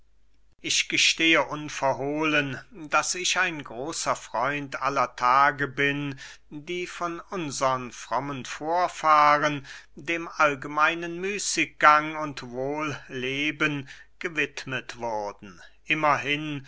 ich gestehe unverhohlen daß ich ein großer freund aller tage bin die von unsern frommen vorfahren dem müßiggang und wohlleben gewidmet wurden immerhin